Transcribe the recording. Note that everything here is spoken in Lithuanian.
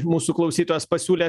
mūsų klausytojas pasiūlė